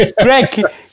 Greg